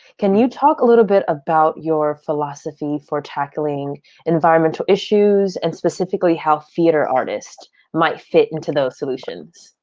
can you talk a little bit about your philosophy for tackling environmental issues and specifically how theater artists might fit into those solutions?